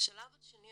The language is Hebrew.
השלב השני,